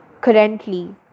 currently